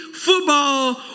football